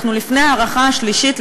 אנחנו לפני ההארכה השלישית,